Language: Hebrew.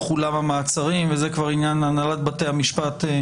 אולם המעצרים וזה כבר עניין להנהלת בתי המשפט.